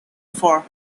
for